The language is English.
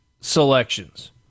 selections